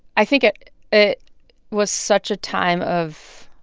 i think it it was such a time of